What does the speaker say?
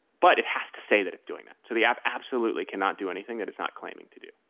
but it has to say that it's doing that. so the app absolutely cannot do anything that is not claiming to do.